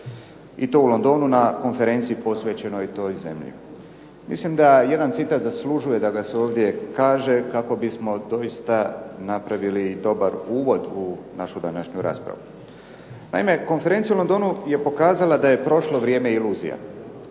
i to u Londonu na konferenciji posvećenoj toj zemlji. Mislim da jedan citat zaslužuje da ga se ovdje kaže kako bismo doista napravili dobar uvod u našu današnju raspravu. Naime, konferencija u Londonu je pokazala da je prošlo vrijeme iluzija.